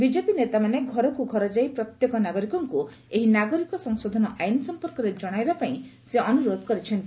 BJP ନେତାମାନେ ଘରକୁ ଘର ଯାଇ ପ୍ରତ୍ୟେକ ନାଗରିକଙ୍କୁ ଏହି ନାଗରିକ ସଂଶୋଧନ ଆଇନ ସମ୍ପର୍କରେ କଣାଇବା ପାଇଁ ସେ ଅନୁରୋଧ କରିଛନ୍ତି